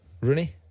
Rooney